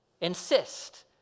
insist